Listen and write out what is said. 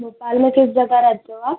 भोपाल में किस जगह रहते हो आप